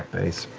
base.